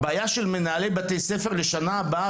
הבעיות של מנהלי בית הספר לשנה הבאה,